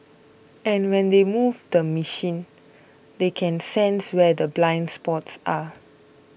and when they move the machine they can sense where the blind spots are